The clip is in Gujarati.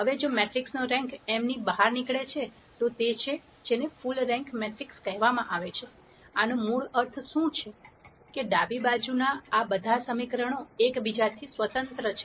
હવે જો મેટ્રિક્સનો રેન્ક m ની બહાર નીકળે છે તો તે છે જેને ફુલ રેન્ક મેટ્રિક્સ કહેવામાં આવે છે આનો મૂળ અર્થ શું છે કે ડાબી બાજુના આ બધા સમીકરણો એક બીજાથી સ્વતંત્ર છે